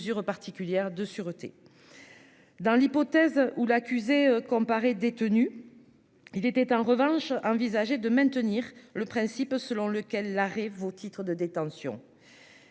dans l'hypothèse où l'accusé comparaît détenu, il était en revanche envisager de maintenir le principe selon lequel la au titre de détention